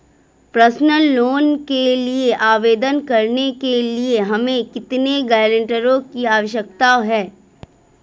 Personal loan के लिए आवेदन करने के लिए हमें कितने गारंटरों की आवश्यकता है?